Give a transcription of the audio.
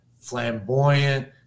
flamboyant